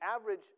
average